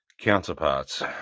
counterparts